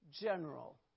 general